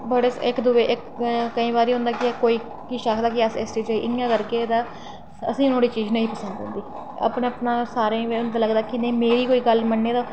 बड़े इक दूए इक केईं बारी होंदा कि कोई किश आखदा अस इस चीज ई इ'यां करगै तां असें ई नुआढ़ी चीज नेईं पसंद औंदी अपना अपना सारें ई लगदा कि नेईं मी कोई गल्ल मन्ने तां